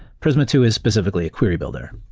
prisma two is specifically query builder,